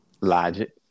logic